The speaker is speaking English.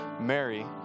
Mary